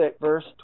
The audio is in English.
verse